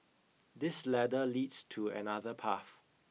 this ladder leads to another path